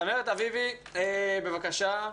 צמרת אביבי, בבקשה.